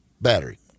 battery